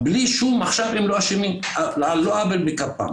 איפה ההיגיון?